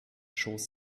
schoß